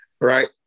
right